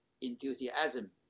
enthusiasm